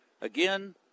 again